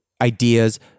ideas